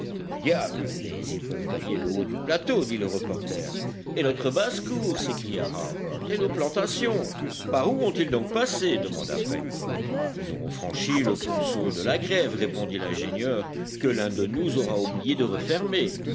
diable mais ils peuvent gagner le haut du plateau dit le reporter et notre basse-cour s'écria harbert et nos plantations par où ont-ils donc passé demanda pencroff ils auront franchi le ponceau de la grève répondit l'ingénieur que l'un de nous aura oublié de refermer